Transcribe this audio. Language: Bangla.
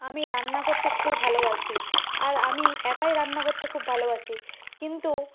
আমি রান্না করতে খুবই ভালোবাসি আর আমি একাই রান্না করতে খুব ভালোবাসি কিন্তু